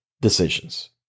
decisions